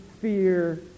fear